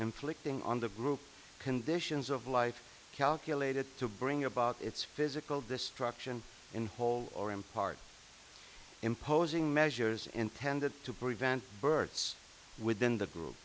inflicting on the group conditions of life calculated to bring about its physical destruction in whole or in part imposing measures intended to prevent births within the group